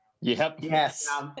yes